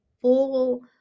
full